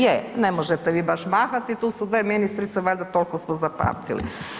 Je, ne možete baš mahati tu su dvije ministrice valjda toliko smo zapamtili.